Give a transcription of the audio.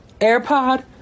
AirPod